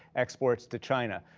exports to china.